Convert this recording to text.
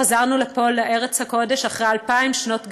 חזרנו לפה, לארץ הקודש, אחרי אלפיים שנות גלות,